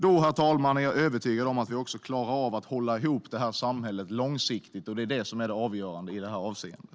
Då, herr talman, är jag övertygad om att vi också klarar av att hålla ihop det här samhället långsiktigt, och det är det avgörande.